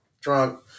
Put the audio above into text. drunk